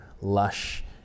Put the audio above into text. lush